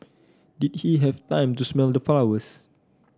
did he have time to smell the flowers